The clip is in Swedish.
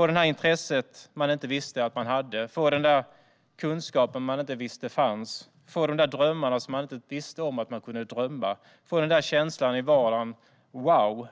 handlar om att få det där intresset man inte visste att man hade, att få den där kunskapen man inte visste fanns, att få de där drömmarna man inte visste om att man kunde ha och att få en känsla i vardagen: Wow,